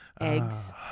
Eggs